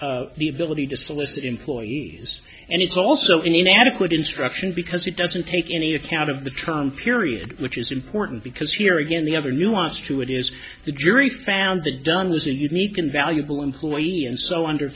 about the ability to solicit employees and it's also an inadequate instruction because it doesn't take any account of the term period which is important because here again the other nuance to it is the jury found that dunn was a unique and valuable employee and so under